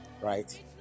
right